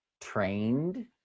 trained